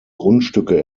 grundstücke